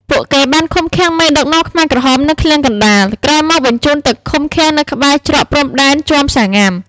ពួកគេ បានឃុំឃាំងមេដឹកនាំខ្មែរក្រហមនៅឃ្លាំងកណ្តាល ក្រោយមកបានបញ្ជូនទៅឃុំឃាំងនៅក្បែរច្រកព្រំដែនជាំសាងុំា។